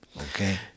Okay